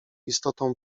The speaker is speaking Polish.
istotą